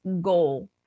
goal